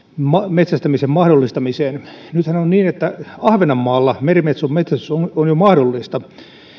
metsästämisen mahdollistamiseen nythän on niin että ahvenanmaalla merimetson metsästys on jo mahdollista